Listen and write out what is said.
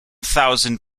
thousand